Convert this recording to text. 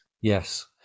Yes